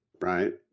right